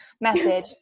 message